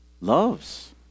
loves